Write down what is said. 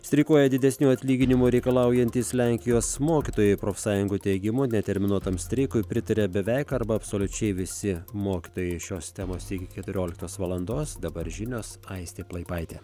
streikuoja didesnių atlyginimų reikalaujantys lenkijos mokytojai profsąjungų teigimu neterminuotam streikui pritaria beveik arba absoliučiai visi mokytojai šios temos iki keturioliktos valandos dabar žinios aistė plaipaitė